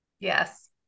Yes